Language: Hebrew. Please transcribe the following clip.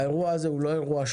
האירוע הזה הוא לא שולי.